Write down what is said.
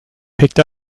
picked